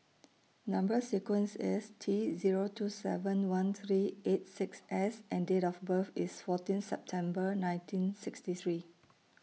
Number sequence IS T Zero two seven one three eight six S and Date of birth IS fourteen September nineteen sixty three